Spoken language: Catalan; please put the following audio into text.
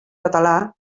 català